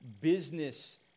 business